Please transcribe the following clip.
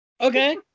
Okay